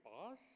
boss